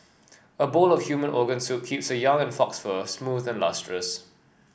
a bowl of human organ soup keeps her young and fox fur smooth and lustrous